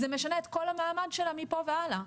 זה משנה את כל המעמד שלה מפה והלאה.